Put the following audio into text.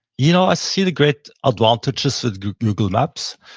you know ah see the great advantages of google maps,